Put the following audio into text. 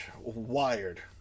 Wired